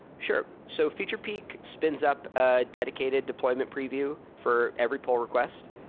sure. so featurepeek spins up a dedicated deployment preview for every pull request.